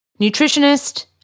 nutritionist